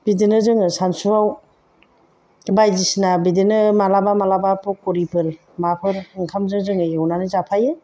बिदिनो जोङो सानसुआव बायदिसिना बिदिनो माब्लाबा माब्लाबा पकरिफोर माफोर ओंखामजों जोङो एवनानै जाफायो